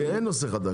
כי אין נושא חדש.